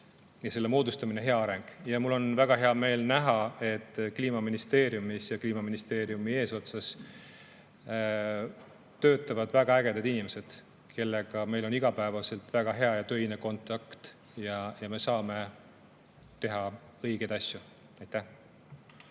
kindlasti hea areng. Mul on väga hea meel näha, et Kliimaministeeriumis ja Kliimaministeeriumi eesotsas töötavad väga ägedad inimesed, kellega meil on igapäevaselt väga hea ja töine kontakt ning me saame teha õigeid asju. Aitäh